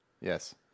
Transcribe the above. Yes